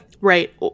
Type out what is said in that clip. Right